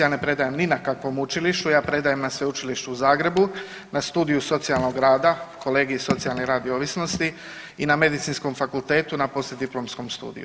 Ja ne predajem ni na kakvom učilištu, ja predajem na Sveučilištu u Zagrebu na Studiju socijalnog rada, kolegij socijalni rad i ovisnosti i na medicinskom fakultetu na poslijediplomskom studiju.